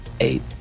Eight